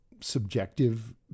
subjective